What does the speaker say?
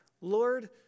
Lord